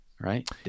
right